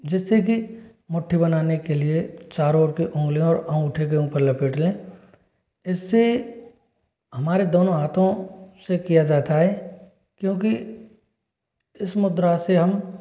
जिससे की मुट्ठी बनाने के लिए चारों ओर की उंगलियों और अंगूठे के ऊपर लपेट लें इससे हमारे दोनों हाथों से किया जाता है क्योंकि इस मुद्रा से हम